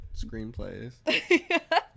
screenplays